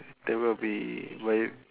there will be very